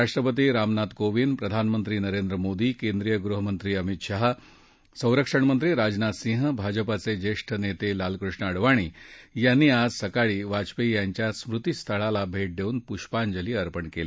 राष्ट्रपती रामनाथ कोविंद प्रधानमंत्री नरेंद्र मोदी केंद्रीय गृहमंत्री अमित शाह संरक्षणमंत्री राजनाथ सिंह भाजपाचे ज्येष्ठ नेते लालकृष्ण अडवाणी यांनी आज सकाळी वाजपेयी यांच्या स्मृती स्थळाला भेट देऊन पूष्पांजली अर्पण केली